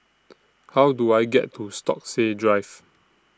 How Do I get to Stokesay Drive